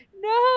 no